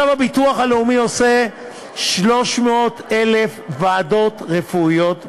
הביטוח הלאומי עושה 300,000 ועדות רפואיות בשנה.